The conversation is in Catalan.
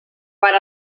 per